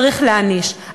צריך להעניש,